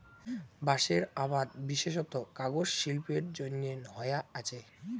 বাঁশের আবাদ বিশেষত কাগজ শিল্পের জইন্যে হয়া আচে